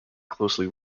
closely